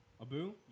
Abu